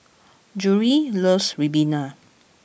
Gerri loves Ribena